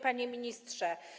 Panie Ministrze!